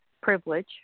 privilege